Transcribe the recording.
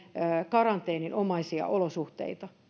karanteeninomaisia olosuhteita